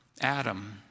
Adam